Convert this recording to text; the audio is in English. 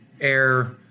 air